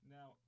Now